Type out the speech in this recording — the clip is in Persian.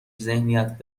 ذهنیت